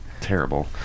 terrible